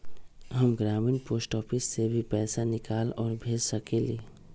हम ग्रामीण post office से भी पैसा निकाल और भेज सकेली?